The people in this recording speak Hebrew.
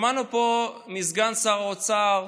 שמענו פה מסגן שר האוצר,